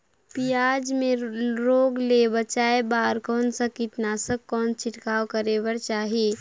पियाज मे रोग ले बचाय बार कौन सा कीटनाशक कौन छिड़काव करे बर चाही?